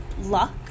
luck